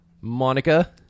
monica